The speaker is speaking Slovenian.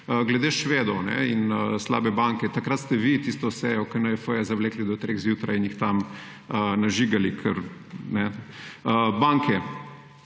Glede Švedov in slabe banke. Takrat ste vi tisto sejo KNJF zavlekli do treh zjutraj in jih tam nažigali. Banke,